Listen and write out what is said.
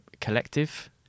Collective